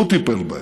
הוא טיפל בהם.